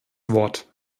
wort